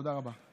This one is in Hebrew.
תודה רבה.